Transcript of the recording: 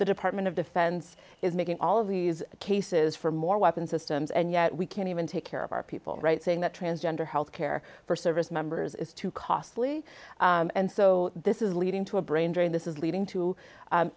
the department of defense is making all of these cases for more weapons systems and yet we can't even take care of our people right saying that transgender health care for service members is too costly and so this is leading to a brain drain this is leading to